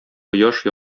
кояш